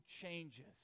changes